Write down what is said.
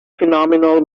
phenomenal